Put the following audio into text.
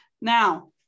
now